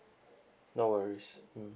no worries mm